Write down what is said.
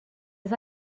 les